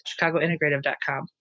chicagointegrative.com